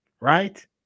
Right